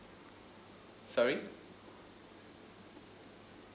sorry